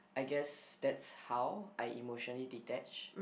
I guess that's how I emotionally detach